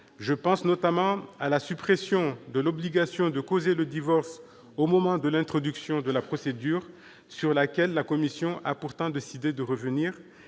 Je pense, notamment, à la suppression de l'obligation de causer le divorce au moment de l'introduction de la procédure, sur laquelle la commission a pourtant décidé de revenir.